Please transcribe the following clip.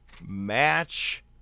Match